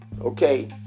Okay